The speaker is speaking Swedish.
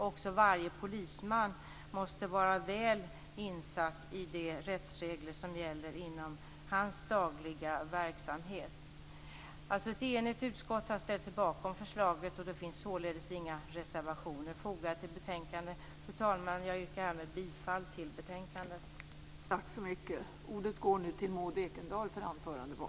Också varje polisman måste vara väl insatt i de rättsregler som gäller inom hans dagliga verksamhet. Det är alltså ett enigt utskott som har ställt sig bakom förslaget, och det finns således inga reservationer fogat till betänkandet. Fru talman! Jag yrkar härmed bifall till hemställan i betänkandet.